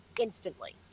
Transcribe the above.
instantly